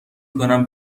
کنم